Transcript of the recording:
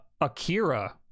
Akira